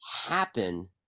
happen